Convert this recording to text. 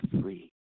free